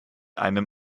einem